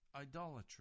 idolatry